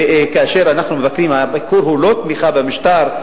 וכאשר אנחנו מבקרים, הביקור הוא לא תמיכה במשטר,